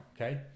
okay